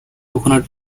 coconut